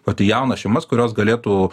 vat į jaunas šeimas kurios galėtų